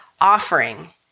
offering